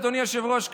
אדוני היושב-ראש,